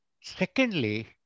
Secondly